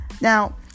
Now